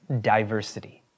diversity